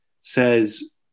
says